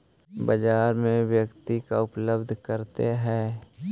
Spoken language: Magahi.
बाजार में व्यक्ति का उपलब्ध करते हैं?